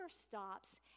stops